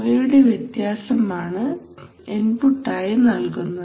അവയുടെ വ്യത്യാസമാണ് ഇൻപുട്ട് ആയി നൽകുന്നത്